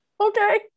Okay